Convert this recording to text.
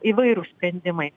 įvairūs sprendimai